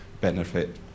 benefit